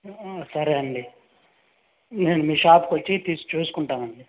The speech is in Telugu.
సరే అండీ నేను మీ షాప్కి వచ్చి తీసి చూసుకుంటానండి